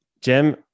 Jim